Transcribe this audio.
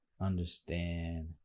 understand